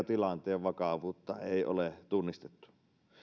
tilanteen vakavuutta ei ole tunnistettu